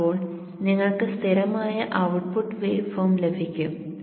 അപ്പോൾ നിങ്ങൾക്ക് സ്ഥിരമായ ഔട്ട്പുട്ട് വേവ് ഫോം ലഭിക്കും